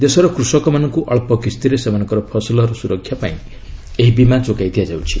ଦେଶର କୃଷକମାନଙ୍କୁ ଅଳ୍ପ କିସ୍ତିରେ ସେମାନଙ୍କର ଫସଲର ସୁରକ୍ଷା ପାଇଁ ଏହି ବୀମା ଯୋଗାଇ ଦିଆଯାଉଛି